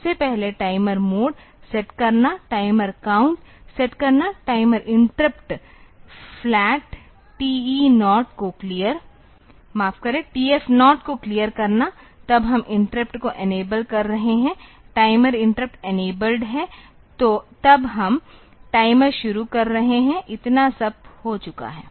सबसे पहले timer mode set करना टाइम काउंट सेट करना टाइमर इंटरप्ट फ्लैट TF0 को क्लियर करना तब हम इंटरप्ट को इनेबल कर रहे हैं टाइमर इंटरप्ट इनेबल्ड है तब हम टाइमर शुरू कर रहे हैं इतना सब हो चूका है